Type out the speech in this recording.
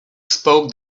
spoke